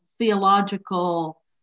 Theological